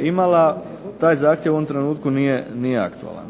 imala, taj zahtjev u ovom trenutku nije aktualan.